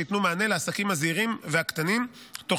שייתנו מענה לעסקים הזעירים והקטנים תוך